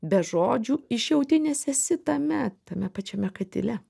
be žodžių išjauti nes esi tame tame pačiame katile